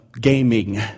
gaming